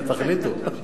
תחליטו.